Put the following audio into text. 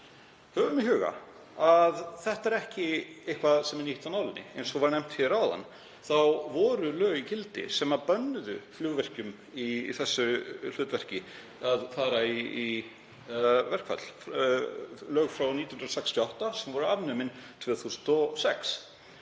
Höfum í huga að þetta er ekki eitthvað sem er nýtt af nálinni. Eins og var nefnt hér áðan voru lög í gildi sem bönnuðu flugvirkjum í þessu hlutverki að fara í verkfall, lög frá 1968 sem voru afnumin 2006.